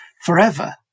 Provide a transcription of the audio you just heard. forever